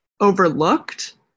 overlooked